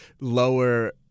lower